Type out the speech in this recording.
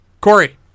Corey